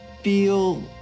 feel